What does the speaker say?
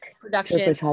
production